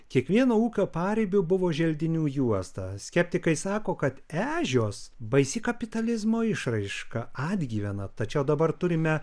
kiekvieno ūkio paribiu buvo želdinių juosta skeptikai sako kad ežios baisi kapitalizmo išraiška atgyvena tačiau dabar turime